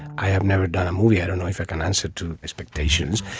i have never done a movie i don't know if i can answer to expectations.